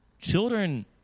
Children